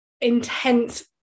intense